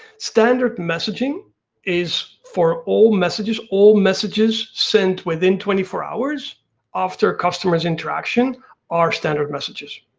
standard messaging is for all messages, all messages sent within twenty four hours after customers interaction our standard messages.